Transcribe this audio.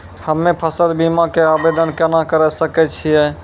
हम्मे फसल बीमा के आवदेन केना करे सकय छियै?